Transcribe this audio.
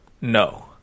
no